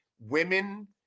women